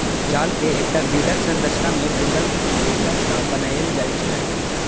जाल कें एकटा ग्रिडक संरचना मे बुनल रेशा सं बनाएल जाइ छै